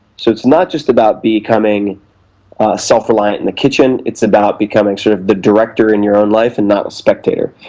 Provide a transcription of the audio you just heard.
so it's not just about becoming self-reliant in the kitchen, it's about becoming sort of the director in your own life and not a spectator.